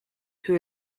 who